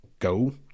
Go